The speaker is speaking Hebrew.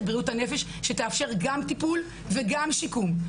בריאות הנפש שתאפשר גם טיפול וגם שיקום.